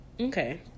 Okay